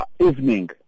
evening